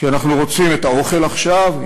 כי אנחנו רוצים את האוכל עכשיו,